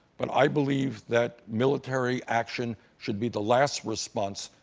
but i believe that military action should be the last response,